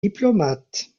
diplomate